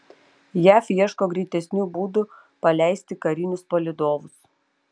jav ieško greitesnių būdų paleisti karinius palydovus